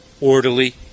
orderly